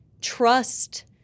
trust